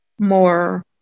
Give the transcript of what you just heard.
more